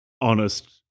honest